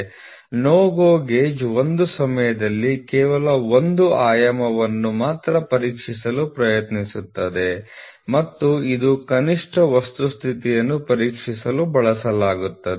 NO GO gauge ಒಂದು ಸಮಯದಲ್ಲಿ ಕೇವಲ ಒಂದು ಆಯಾಮವನ್ನು ಪರೀಕ್ಷಿಸಲು ಪ್ರಯತ್ನಿಸುತ್ತದೆ ಮತ್ತು ಇದು ಕನಿಷ್ಟ ವಸ್ತು ಸ್ಥಿತಿಯನ್ನು ಪರೀಕ್ಷಿಸಲು ಬಳಸಲಾಗುತ್ತದೆ